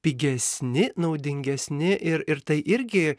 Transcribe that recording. pigesni naudingesni ir ir tai irgi